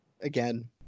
again